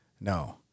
no